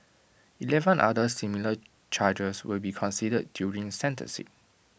Eleven other similar charges will be considered during sentencing